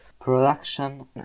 Production